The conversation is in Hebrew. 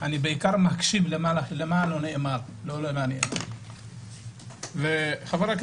אני בעיקר מקשיב למה לא נאמר, לא למה נאמר.